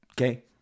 Okay